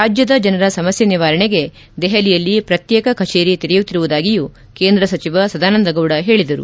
ರಾಜ್ಯದ ಜನರ ಸಮಸ್ಥೆ ನಿವಾರಣೆಗೆ ದೆಹಲಿಯಲ್ಲಿ ಪ್ರತ್ನೇಕ ಕಛೇರಿ ತೆರೆಯುತ್ತಿರುವುದಾಗಿಯೂ ಕೇಂದ್ರ ಸಚಿವ ಸದಾನಂದ ಗೌಡ ಹೇಳಿದರು